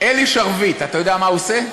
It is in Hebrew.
אלי שרביט, אתה יודע מה הוא עושה?